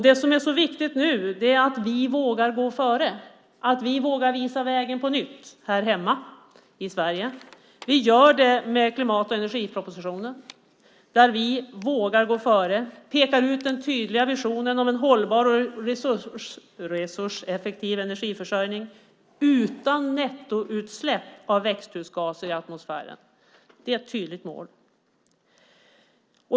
Det är därför viktigt att vi vågar gå före och på nytt vågar visa vägen i Sverige. Vi gör det med klimat och energipropositionen, där vi vågar gå före och peka ut den tydliga visionen om en hållbar och resurseffektiv energiförsörjning utan nettoutsläpp av växthusgaser i atmosfären. Det är ett tydligt mål.